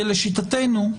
כי לשיטתנו,